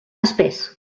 espés